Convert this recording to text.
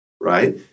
right